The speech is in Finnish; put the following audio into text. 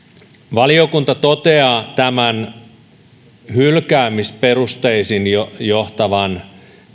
valiokunta toteaa tämän hylkäämisperusteisiin johtavan